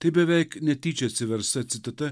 tai beveik netyčia atsiversa citata